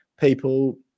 people